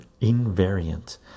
invariant